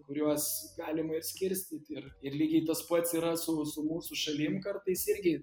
kuriuos galima skirstyt ir ir lygiai tas pats yra su su mūsų šalim kartais irgi